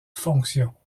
fonctions